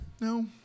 no